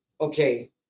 okay